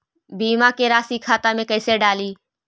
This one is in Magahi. बीमा के रासी खाता में कैसे डाली?